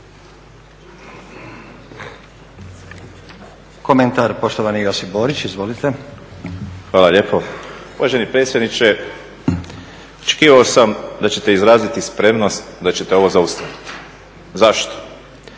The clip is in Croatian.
Komentar poštovani Josip Borić. Izvolite. **Borić, Josip (HDZ)** Hvala lijepo. Uvaženi predsjedniče, očekivao sam da ćete izraziti spremnost da ćete ovo zaustaviti. zašto?